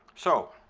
so